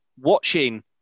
watching